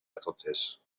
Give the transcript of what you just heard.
totes